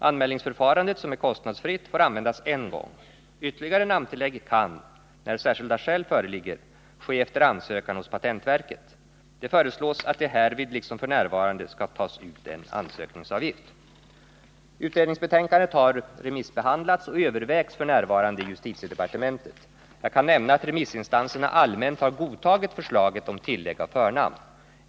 Anmälningsförfarandet, som är kostnadsfritt, får användas en gång. Ytterligare namntillägg kan, när särskilda skäl föreligger, ske efter ansökan hos patentverket. Det föreslås att det härvid liksom f. n. skall tas ut en ansökningsavgift. Utredningsbetänkandet har remissbehandlats och övervägs f. n. i justitiedepartementet. Jag kan nämna att remissinstanserna allmänt har godtagit förslaget om tillägg av förnamn.